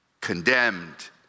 condemned